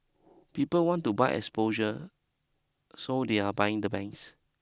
people want to buy exposure so they're buying the banks